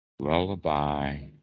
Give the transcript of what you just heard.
Lullaby